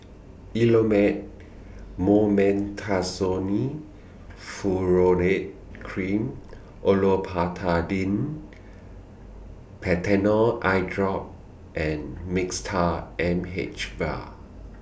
Elomet Mometasone Furoate Cream Olopatadine Patanol Eyedrop and Mixtard M H Vial